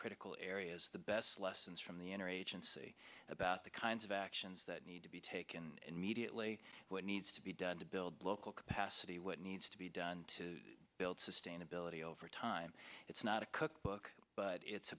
critical areas the best lessons from the inner agency about the kinds of actions that need to be taken in mediately what needs to be done to build local capacity what needs to be done to build sustainability over time it's not a cookbook but it's